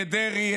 את דרעי,